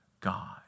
God